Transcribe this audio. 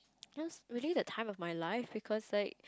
it was really the time of my life because like